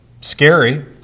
scary